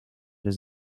his